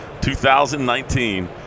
2019